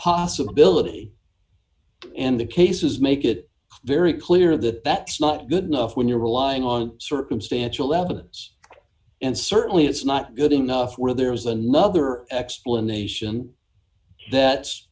possibility and the cases make it very clear that that's not good enough when you're relying on circumstantial evidence and certainly it's not good enough where there is another explanation